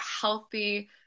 healthy